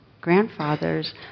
grandfather's